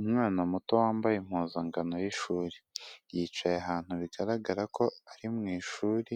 Umwana muto wambaye impuzangano y'ishuri, yicaye ahantu bigaragara ko ari mu ishuri